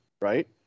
right